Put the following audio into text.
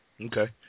Okay